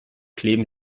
kleben